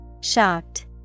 Shocked